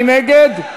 מי נגד?